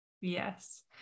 Yes